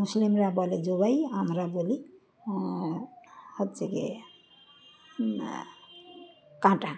মুসলিমরা বলে জবাই আমরা বলি হচ্ছে কি কাটা